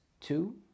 two